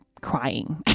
crying